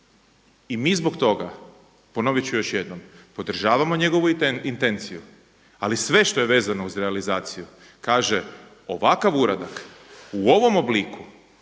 i mi zbog toga, ponovit ću još jednom, podržavamo njegovu intenciju, ali sve što je vezano uz realizaciju, kaže, ovakav uradak u ovom obliku